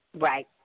Right